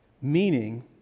meaning